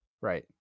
Right